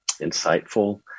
insightful